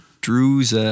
Drew's